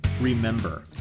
Remember